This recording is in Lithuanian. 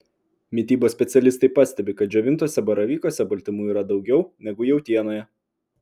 mitybos specialistai pastebi kad džiovintuose baravykuose baltymų yra daugiau negu jautienoje